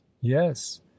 yes